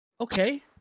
okay